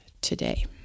today